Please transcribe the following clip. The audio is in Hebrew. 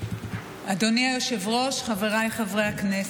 אדוני היושב-ראש, חבריי חברי הכנסת,